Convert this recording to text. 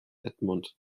edmund